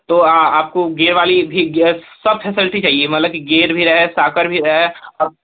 तो आपको गे वाली भी गेर सब फेसलटी चाहिए मतलब की गेयर भी रहेगा साकर भी है और